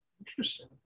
Interesting